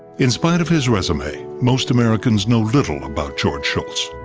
in spite of his resume, most americans know little about george shultz.